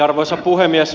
arvoisa puhemies